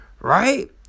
Right